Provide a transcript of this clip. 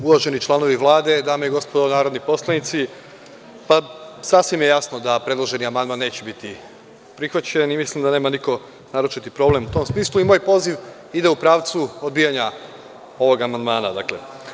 Uvaženi članovi Vlade, dame i gospodo narodni poslanici, pa, sasvim je jasno da predloženi amandman neće biti prihvaćen i mislim da nema niko naročiti problem u tom smislu i moj poziv ide u pravcu odbijanja ovog amandmana, dakle.